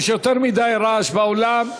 יש יותר מדי רעש באולם.